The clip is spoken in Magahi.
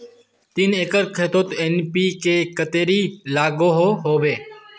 तीन एकर खेतोत एन.पी.के कतेरी लागोहो होबे?